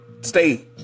stay